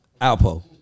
Alpo